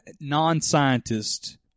non-scientists